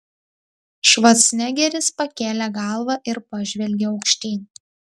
švarcnegeris pakėlė galvą ir pažvelgė aukštyn